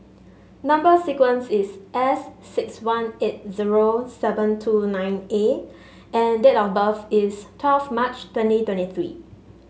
number sequence is S six one eight zero seven two nine A and date of birth is twelve March twenty twenty three